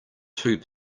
two